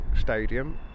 stadium